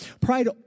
Pride